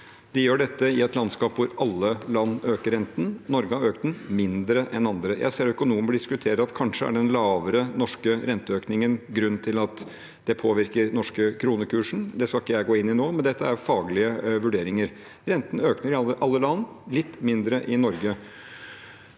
De gjør dette i et landskap hvor alle land øker renten. Norge har økt den mindre enn andre. Jeg ser økonomer diskutere at kanskje er den lavere norske renteøkningen grunnen til at den norske kronekursen påvirkes. Det skal ikke jeg gå inn i nå, men dette er faglige vurderinger. Renten øker i alle land – litt mindre i Norge.